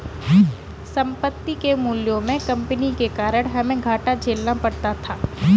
संपत्ति के मूल्यों में कमी के कारण हमे घाटा झेलना पड़ा था